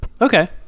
Okay